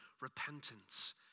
repentance